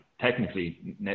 technically